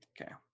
Okay